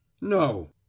No